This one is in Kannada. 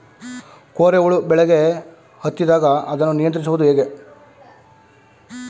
ಕೋರೆ ಹುಳು ಬೆಳೆಗೆ ಹತ್ತಿದಾಗ ಅದನ್ನು ನಿಯಂತ್ರಿಸುವುದು ಹೇಗೆ?